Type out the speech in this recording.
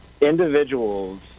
individuals